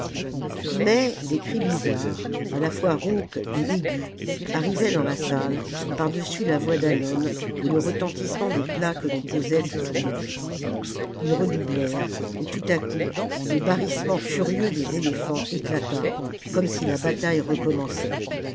mais des cris bizarres à la fois rauques et aigus arrivaient dans la salle par-dessus la voix d'hannon et le retentissement des plats que l'on posait autour de lui ils redoublèrent et tout à coup le barrissement furieux des éléphants éclata comme si la bataille recommençait